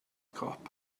cop